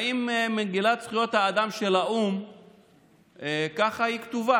האם מגילת זכויות האדם של האו"ם ככה היא כתובה?